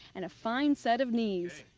and a fine set of knees.